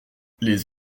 les